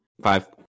Five